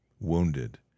wounded